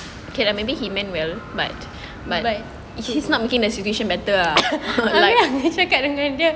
okay lah maybe he meant well but he's not making the situation better ah